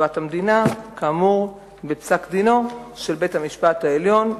בתשובת המדינה כאמור בפסק-דינו של בית-המשפט העליון,